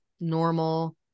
normal